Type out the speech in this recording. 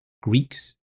Greeks